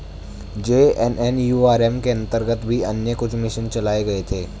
JNNURM के अंतर्गत भी अन्य कुछ मिशन चलाए गए थे